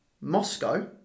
Moscow